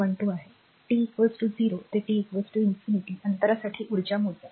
१२ आहे t 0 ते t infinity अंतरासाठी उर्जा मोजा